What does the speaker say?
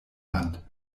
hand